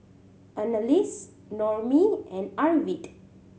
Anneliese Noemie and Arvid